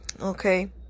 Okay